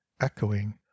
echoing